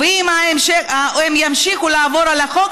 ואם הם ימשיכו לעבור על החוק,